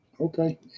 okay